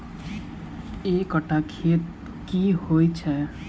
एक कट्ठा खेत की होइ छै?